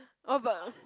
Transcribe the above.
oh but